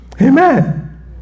Amen